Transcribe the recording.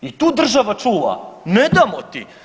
I tu država čuva, ne damo ti.